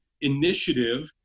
initiative